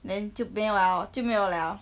then 就没有了就没有了